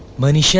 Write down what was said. money